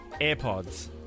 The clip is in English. Airpods